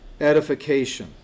edification